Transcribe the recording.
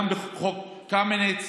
גם בחוק קמיניץ,